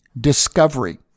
discovery